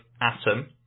atom